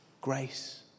Grace